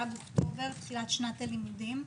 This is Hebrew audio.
גג אוקטובר - תחילת שנת הלימודים.